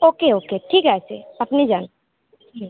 ওকে okay ঠিক আছে আপনি যান হুম